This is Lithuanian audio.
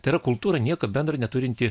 tai yra kultūra nieko bendra neturinti